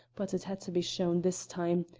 but it had to be shown this time,